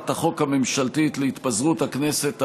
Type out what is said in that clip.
החוק הממשלתית להתפזרות הכנסת העשרים,